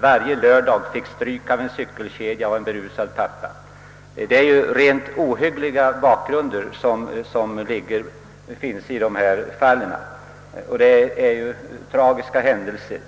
varje lördag fått stryk med en cykelkedja av en berusad pappa. Det är ju rent ohyggliga bakgrunder som finns i dessa fall — det är tragiska händelser.